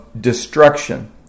destruction